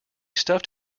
stuffed